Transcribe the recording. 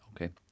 Okay